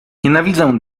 nienawidzę